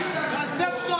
המנהיגים שלכם.